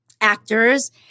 actors